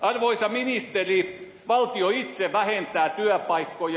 arvoisa ministeri valtio itse vähentää työpaikkoja